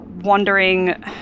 wondering